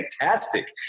fantastic